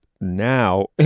now